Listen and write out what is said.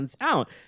out